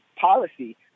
policy